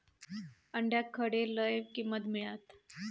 अंड्याक खडे लय किंमत मिळात?